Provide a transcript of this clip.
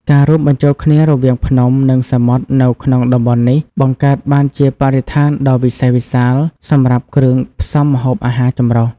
ការរួមបញ្ចូលគ្នារវាងភ្នំ និងសមុទ្រនៅក្នុងតំបន់នេះ បង្កើតបានជាបរិស្ថានដ៏វិសេសវិសាលសម្រាប់គ្រឿងផ្សំម្ហូបអាហារចម្រុះ។